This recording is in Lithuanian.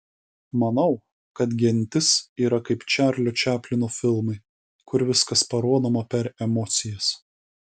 manau kad gentis yra kaip čarlio čaplino filmai kur viskas parodoma per emocijas